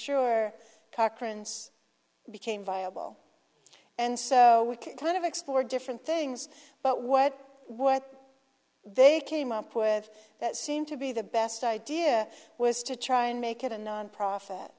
sure cochran's became viable and so we could kind of explore different things but what they came up with that seemed to be the best idea was to try and make it a nonprofit